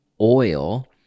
oil –